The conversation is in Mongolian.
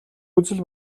үзэл